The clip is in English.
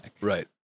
Right